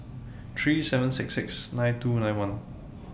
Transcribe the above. three seven six six nine two nine one